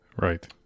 Right